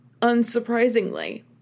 unsurprisingly